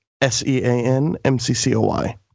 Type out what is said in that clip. S-E-A-N-M-C-C-O-Y